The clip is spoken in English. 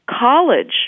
college